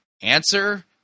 answer